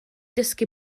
dysgu